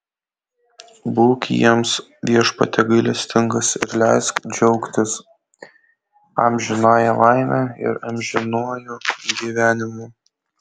būk jiems viešpatie gailestingas ir leisk džiaugtis amžinąja laime ir amžinuoju gyvenimu